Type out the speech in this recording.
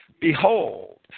behold